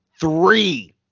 Three